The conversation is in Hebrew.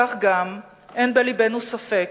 כך גם אין בלבנו ספק